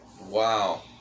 Wow